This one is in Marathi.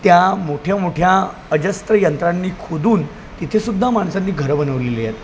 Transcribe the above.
त्या मोठ्या मोठ्या अजस्र यंत्रांनी खोदून तिथे सुद्धा माणसांनी घरं बनवलेली आहेत